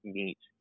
meet –